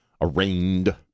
arraigned